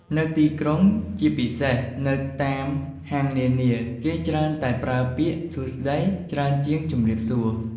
នៅទីក្រុង ជាពិសេស នៅតាមហាងនានា គេច្រើនតែប្រើពាក្យ “សួស្តី” ច្រើនជាង “ជំរាបសួរ”។